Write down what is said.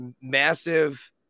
massive